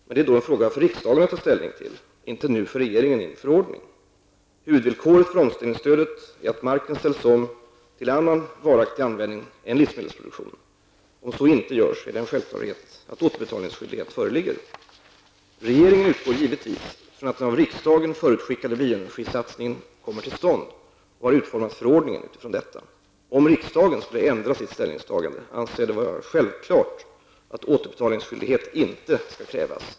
Men det är då en fråga för riksdagen att ta ställning till, inte nu för regeringen i en förordning. Huvudvillkoret för omställningsstödet är att marken ställs om till annan varaktig användning än livsmedelsproduktion. Om så inte görs är det en självklarhet att återbetalningsskyldighet föreligger. Regeringen utgår givetvis från att den av riksdagen förutskickade bioenergisatsningen kommer till stånd och har utformat förordningen utifrån detta. Om riksdagen skulle ändra sitt ställningstagande anser jag det självklart att återbetalningsskyldighet inte skall krävas.